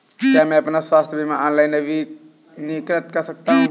क्या मैं अपना स्वास्थ्य बीमा ऑनलाइन नवीनीकृत कर सकता हूँ?